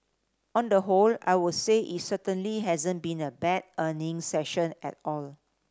on the whole I would say it certainly hasn't been a bad earnings session at all